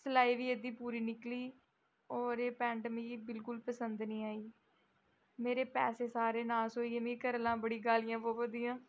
सलाई बी एह्दी पूरी निकली होर एह् पैंट मिगी बिल्कुल पसंद नी आई मेरे पैसे सारे नास होई गे मिगी घरै आह्लें बड़ियां गालियां पवा दियां